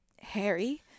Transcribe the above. Harry